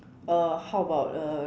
uh how about uh